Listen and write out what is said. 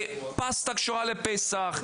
פסטה כשרה לפסח,